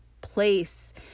place